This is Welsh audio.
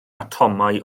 atomau